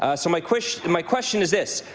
ah so my question and my question is this.